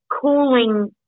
cooling